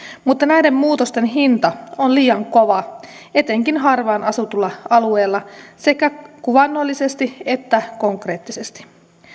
mutta näiden muutosten hinta on liian kova etenkin harvaan asutulla alueella sekä kuvaannollisesti että konkreettisesti